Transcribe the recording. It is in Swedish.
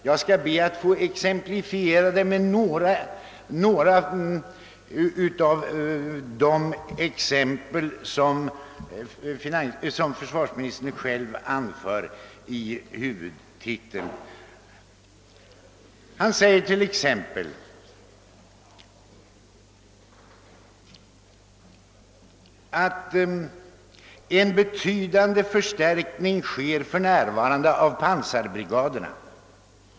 Jag skall be att få exemplifiera detta med något av det som försvarsministern själv anför i huvudtiteln. Han säger t.ex. att en betydande förstärkning för närvarande sker av pansarbrigaderna.